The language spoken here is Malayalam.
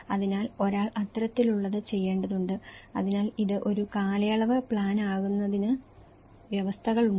അതിനാൽ ഒരാൾ അത്തരത്തിലുള്ളത് ചെയ്യേണ്ടതുണ്ട് അതിനാൽ ഇത് ഒരു കാലയളവ് പ്ലാൻ ആക്കുന്നതിന് വ്യവസ്ഥകൾ ഉണ്ട്